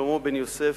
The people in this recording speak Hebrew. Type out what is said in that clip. שלמה בן-יוסף,